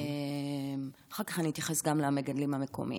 אחר כך אתייחס גם למגדלים המקומיים.